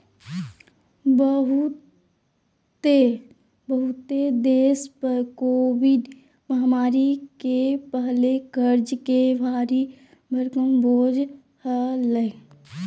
बहुते देश पर कोविड महामारी के पहले कर्ज के भारी भरकम बोझ हलय